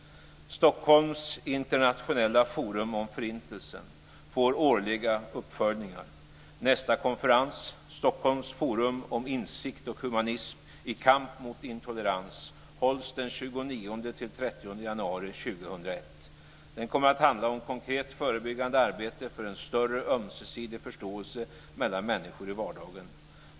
Stockholms internationella forum för Förintelsen får årliga uppföljningar. Nästa konferens, Stockholms forum om insikt och humanism - i kamp mot intolerans, hålls den 29-30 januari 2001. Den kommer att handla om konkret förebyggande arbete för en större ömsesidig förståelse mellan människor i vardagen.